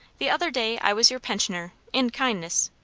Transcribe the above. the other day i was your pensioner, in kindness.